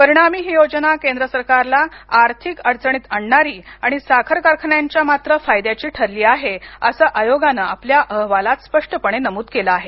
परिणामी ही योजना केंद्र सरकारला आर्थिक अडचणीत आणणारी आणि साखर कारखान्यांच्या मात्र फायद्याची ठरली आहे असं आयोगाने आपल्या अहवालात स्पष्टपणे नमूद केलं आहे